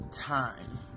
time